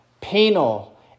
Penal